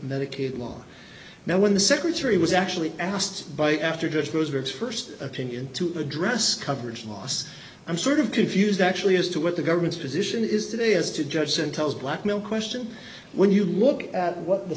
medicaid law now when the secretary was actually asked by after just those words st opinion to address coverage loss i'm sort of confused actually as to what the government's position is today as to judge and tells blackmail question when you look at what the